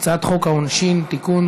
הצעת חוק העונשין (תיקון,